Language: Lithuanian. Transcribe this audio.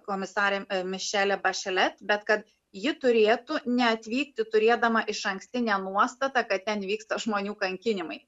komisarė mišelė bašelet bet kad ji turėtų neatvykti turėdama išankstinę nuostatą kad ten vyksta žmonių kankinimai